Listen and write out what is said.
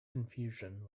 confusion